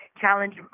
challenge